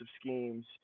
schemes